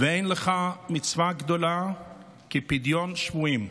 "ואין לך מצווה גדולה כפדיון שבויים".